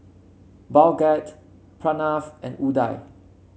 Bhagat Pranav and Udai